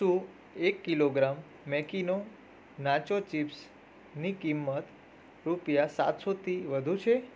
શું એક કિલોગ્રામ મેકિનો નાચો ચિપ્સની કિંમત રૂપિયા સાતસોથી વધુ છે